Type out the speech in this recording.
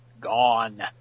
gone